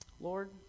Lord